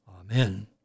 Amen